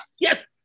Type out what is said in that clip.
Yes